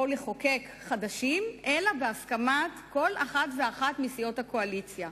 לחוקק חדשים אלא בהסכמת כל אחת ואחת מסיעות הקואליציה.